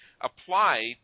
apply